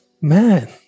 man